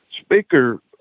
speaker